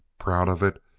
proud of it?